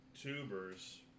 tubers